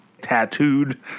tattooed